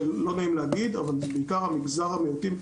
ולא נעים להגיד זה בעיקר ממגזר המיעוטים,